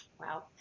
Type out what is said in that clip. Wow